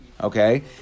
okay